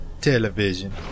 Television